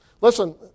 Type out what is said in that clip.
Listen